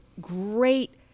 great